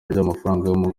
ry’amafaranga